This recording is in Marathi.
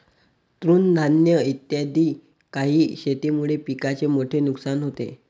तृणधानी इत्यादी काही शेतीमुळे पिकाचे मोठे नुकसान होते